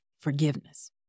forgiveness